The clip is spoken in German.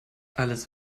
alles